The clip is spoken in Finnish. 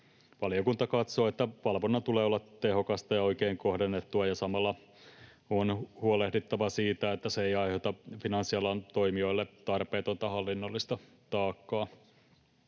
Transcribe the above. Valiokunta katsoo, että valvonnan tulee olla tehokasta ja oikein kohdennettua, ja samalla on huolehdittava siitä, että se ei aiheuta finanssialan toimijoille tarpeetonta hallinnollista taakkaa.